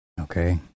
Okay